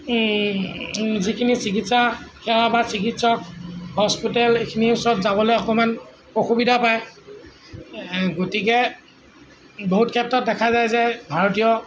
যিখিনি চিকিৎসা সেৱা বা চিকিৎসক হস্পিটেল এইখিনিৰ ওচৰত যাবলৈ অকণমান অসুবিধা পায় গতিকে বহুত ক্ষেত্ৰত দেখা যায় যে ভাৰতীয়